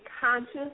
conscious